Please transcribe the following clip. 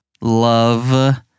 Love